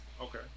Okay